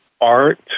art